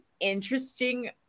interesting